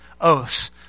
oaths